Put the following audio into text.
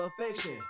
affection